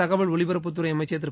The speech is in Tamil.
தகவல் ஒலிபரப்புத் துறை அமைச்சர் திரு